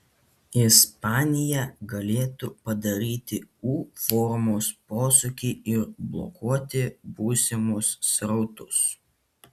ispanija galėtų padaryti u formos posūkį ir blokuoti būsimus srautus